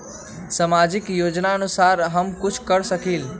सामाजिक योजनानुसार हम कुछ कर सकील?